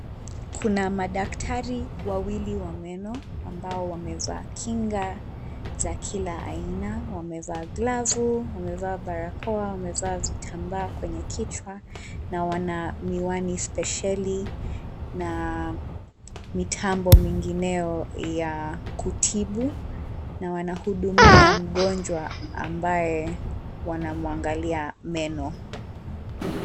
Kuna madaktari wawili wa meno ambao wamevaa kinga za kila aina wameva glavu, wamevaa barakoa, wamevaa vitambaa kwenye kichwa na wana miwani spesheli na mitambo mingineo ya kutibu na wanahudumia mgonjwa ambaye wanamwangalia meno.